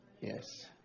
Yes